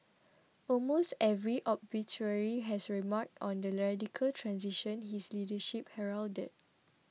almost every obituary has remarked on the radical transition his leadership heralded